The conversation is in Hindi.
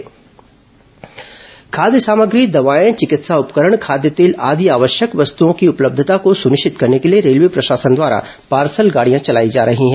कोरोना रेलवे पार्सल खाद्य सामग्री दवाएं चिकित्सा उपकरण खाद्य तेल आदि आवश्यक वस्तुओं की उपलब्धता को सुनिश्चित करने के लिए रेलवे प्रशासन द्वारा पार्सल गाड़ियां चलाई जा रही हैं